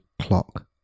clock